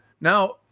Now